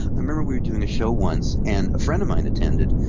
i remember we were doing a show once and a friend of mine attended,